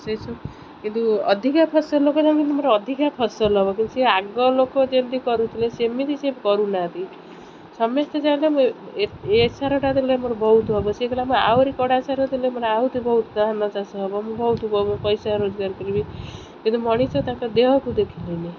ସେସବୁ କିନ୍ତୁ ଅଧିକା ଫସଲ ଲୋକ ଯାହା କିନ୍ତୁ ମୋର ଅଧିକା ଫସଲ ହେବ କିନ୍ତୁ ସେ ଆଗ ଲୋକ ଯେମିତି କରୁଥିଲେ ସେମିତି ସିଏ କରୁନାହାନ୍ତି ସମସ୍ତେ ଚାହିଁଲେ ଏ ଏ ସାରଟା ଦେଲେ ମୋର ବହୁତ ହେବ ସେ ଆହୁରି କଡ଼ା ସାର ଦେଲେ ମୋର ଆଉ ବହୁତ ଧାନ ଚାଷ ହେବ ମୁଁ ବହୁତ ହେ ବ ପଇସା ରୋଜଗାର କରିବି କିନ୍ତୁ ମଣିଷ ତାଙ୍କ ଦେହକୁ ଦେଖିଲେନି